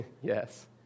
yes